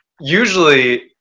usually